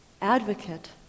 advocate